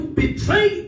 betray